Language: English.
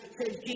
says